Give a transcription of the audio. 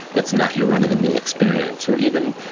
that's not your run of the mill experience. or, even,